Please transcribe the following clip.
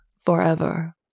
forever